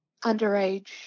underage